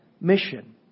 mission